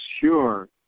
sure